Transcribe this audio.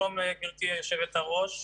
שלום לגברתי היושבת-ראש,